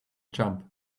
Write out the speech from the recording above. jump